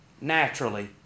naturally